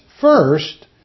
first